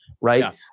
right